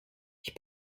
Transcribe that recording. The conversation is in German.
ich